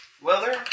weather